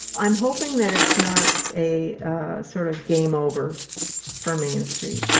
i'm hoping that it's not a sort of game over for main street.